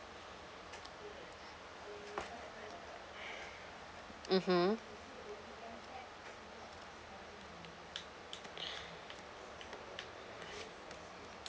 mmhmm